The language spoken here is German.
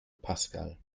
pascal